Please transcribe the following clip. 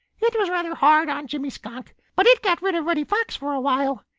it was rather hard on jimmy skunk, but it got rid of reddy fox for a while.